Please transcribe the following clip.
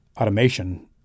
automation